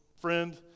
friend